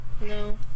No